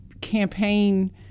campaign